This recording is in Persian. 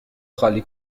خالی